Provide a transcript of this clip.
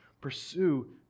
pursue